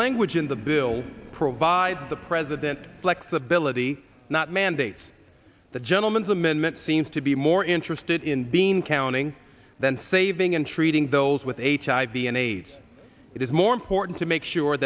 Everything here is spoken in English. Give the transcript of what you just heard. language in the bill provides the president flexibility not mandates the gentleman's amendment seems to be more interested in being counting than saving and treating those with hiv and aids it is more important to make sure